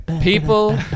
People